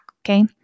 okay